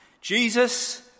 Jesus